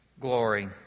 glory